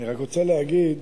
אני רק רוצה להגיד